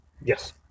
yes